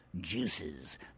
Juices